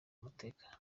umutekano